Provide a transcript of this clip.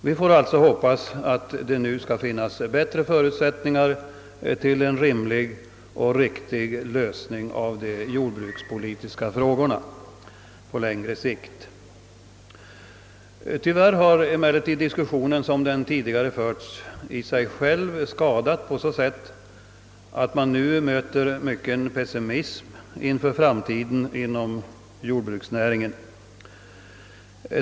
Vi får alltså hoppas att det nu skall finnas bättre förutsättningar till en rimlig och riktig lösning av de jordbrukspolitiska frågorna på längre sikt. Tyvärr har emellertid diskussionen, såsom den tidigare förts, i sig själv varit skadlig på så sätt att man nu möter mycken pessimism inför framtiden inom jordbruksnäringen.